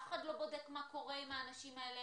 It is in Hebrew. אף אחד לא בודק מה קורה עם האנשים האלה,